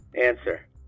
Answer